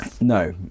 No